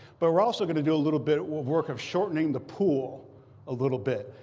but we're also going to do a little bit of work of shortening the pool a little bit.